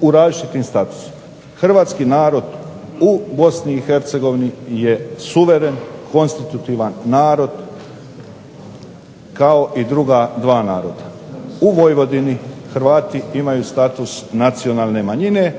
u različitim statusima. Hrvatski narod u BiH je suveren, konstitutivan narod kao i druga dva naroda. U Vojvodini Hrvati imaju status nacionalne manjine